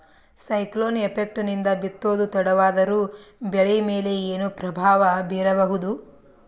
Cyclone effect ನಿಂದ ಬಿತ್ತೋದು ತಡವಾದರೂ ಬೆಳಿ ಮೇಲೆ ಏನು ಪ್ರಭಾವ ಬೀರಬಹುದು?